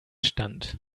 stand